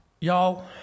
Y'all